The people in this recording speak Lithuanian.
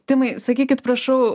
timai sakykit prašau